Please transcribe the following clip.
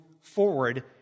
forward